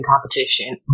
competition